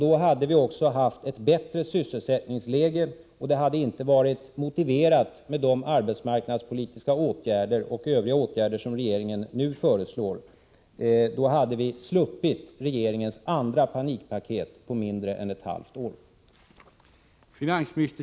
Då hade vi också haft ett bättre sysselsättningsläge, och det hade inte varit motiverat med de arbetsmarknadspolitiska och övriga åtgärder som regeringen nu föreslår. I så fall hade vi således sluppit regeringens andra panikpaket på mindre än ett halvt år.